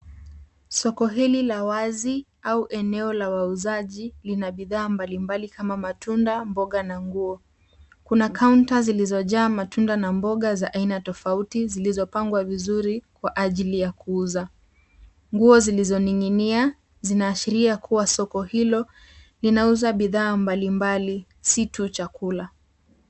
Soko hili la wazi au eneo la wauzaji lina bidhaa mbalimbali kama matunda, mboga na nguo. Kuna kaunta zilizojaa matunda na mboga za aina tofauti zilizopangwa vizuri kwa ajili ya kuuza. Nguo zinazoning'inia zinaashiria